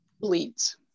bleeds